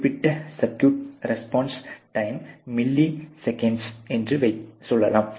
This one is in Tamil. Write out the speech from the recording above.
குறிப்பிட்ட சர்க்யூட்டின் ரெஸ்பான்ஸ் டைம் மில்லி செகண்ட்ஸ் என்று சொல்லலாம்